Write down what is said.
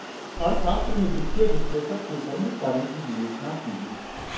अर्थशास्त्र में वित्तीय विश्लेषक के प्रमुख कार्यों की विवेचना कीजिए